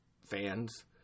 fans